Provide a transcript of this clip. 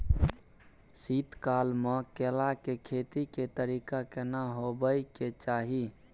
शीत काल म केला के खेती के तरीका केना होबय के चाही?